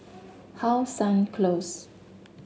How Sun Close